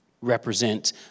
represent